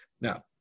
Now